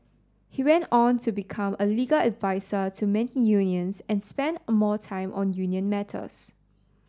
he went on to become a legal advisor to many unions and spent a more time on union matters